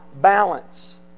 balance